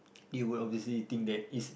it will obviously think that is